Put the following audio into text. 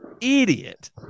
idiot